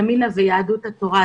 ימינה ויהדות התורה.